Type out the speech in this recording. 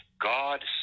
God